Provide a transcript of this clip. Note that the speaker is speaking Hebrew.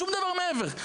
שום דבר מעבר,